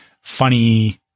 funny